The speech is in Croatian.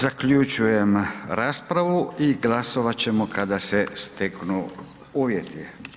Zaključujem raspravu i glasovati ćemo kada se steknu uvjeti.